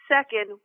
Second